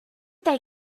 they